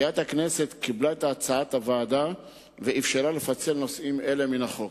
מליאת הכנסת קיבלה את הצעת הוועדה ואפשרה להפריד נושאים אלה מהחוק.